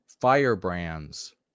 firebrands